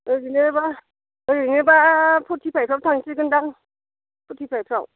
ओरैनोबा ओरैनोबा फरथि फाइबफ्राव थांसिगोन दां फरथि फाइबफ्राव